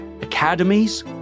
academies